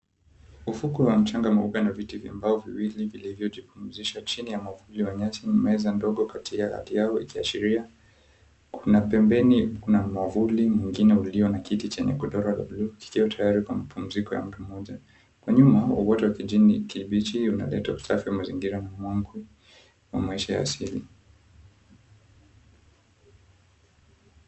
Ufukwe wa mchanga mweupe na viti vya mbao viwili vilivyojipumzisha chini ya mwavuli wa nyasi, meza ndogo kati yao ikiashiria. Kuna pembeni kuna mwavuli mwingine ulio na kiti chenye godoro la blue kikiwa tayari kwa mapumziko ya mtu mmoja. Kwa nyuma, uoto wa kijini kibichi unaleta usafi wa mazingira na mwangu wa maisha ya asili.